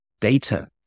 data